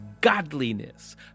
godliness